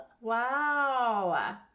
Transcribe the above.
wow